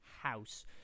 house